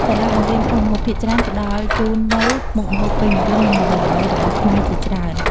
សាលាបង្រៀនធ្វើម្ហូបភាគច្រើនផ្តល់ជូននូវមុខម្ហូបពេញនិយម និងល្បីៗរបស់ខ្មែរជាច្រើន ។